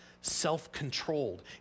self-controlled